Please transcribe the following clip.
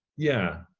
yeah,